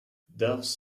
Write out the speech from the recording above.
doves